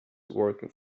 working